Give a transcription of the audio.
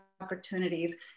opportunities